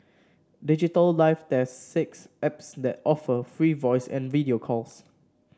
Digital Life tests six apps that offer free voice and video calls